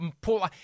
pull